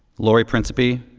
laurie principe,